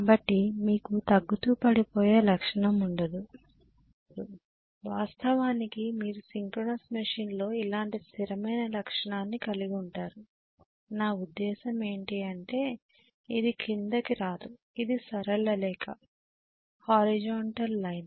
కాబట్టి మీకు తగ్గుతూ పడిపోయే లక్షణం ఉండదు వాస్తవానికి మీరు సింక్రోనస్ మెషిన్లో ఇలాంటి స్థిరమైన లక్షణాన్ని కలిగి ఉంటారు నా ఉద్దేశ్యం ఏంటి అంటే అది క్రిందికి రాదు అది సరళ రేఖ హారిజాంటల్ సరళ లైన్